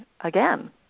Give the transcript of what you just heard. again